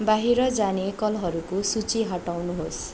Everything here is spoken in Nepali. बाहिर जाने कलहरूको सूची हटाउनुहोस्